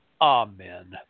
Amen